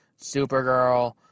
Supergirl